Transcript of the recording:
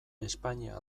espainia